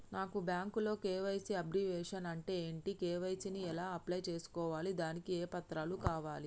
నాకు బ్యాంకులో KYC abbreviation అంటే ఏంటి కే.వై.సీ ని ఎలా అప్లై చేసుకోవాలి దానికి ఏ పత్రాలు కావాలి?